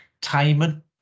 timing